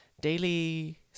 daily